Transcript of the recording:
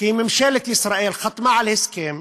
כי ממשלת ישראל חתמה על הסכם